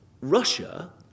Russia